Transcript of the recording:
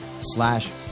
slash